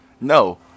No